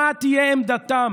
מה תהיה עמדתם